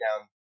down